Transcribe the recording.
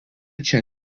čia